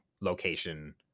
location